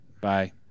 Bye